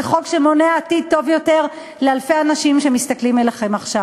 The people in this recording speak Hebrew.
זה חוק שמונע עתיד טוב יותר לאלפי אנשים שמסתכלים עליכם עכשיו.